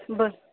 बर